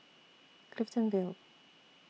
Clifton Vale